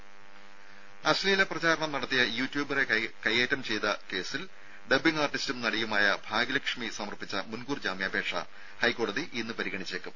രംഭ അശ്ലീല പ്രചാരണം നടത്തിയ യൂട്യൂബറെ കൈയേറ്റം ചെയ്ത കേസിൽ ഡബ്ബിംഗ് ആർട്ടിസ്റ്റും നടിയുമായ ഭാഗ്യലക്ഷ്മി സമർപ്പിച്ച മുൻകൂർ ജാമ്യാപേക്ഷ ഹൈക്കോടതി ഇന്ന് പരിഗണിച്ചേക്കും